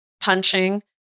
punching